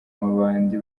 mabandi